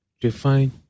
Define